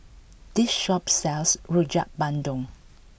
this shop sells Rojak Bandung